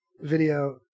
video